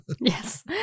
Yes